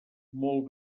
molt